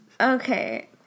Okay